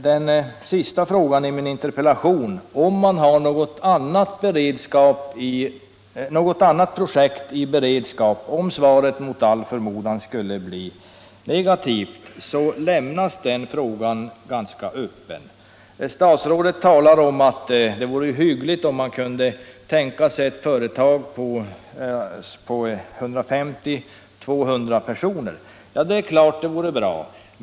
Den sista frågan i min interpellation — om man har något annat projekt i beredskap om svaret beträffande gruvdriften mot all förmodan skulle bli negativt — lämnas ganska öppen. Statsrådet talar om att det vore acceptabelt att tänka sig ett företag med 150-200 personer. Det är klart att det vore bra.